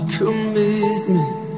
commitment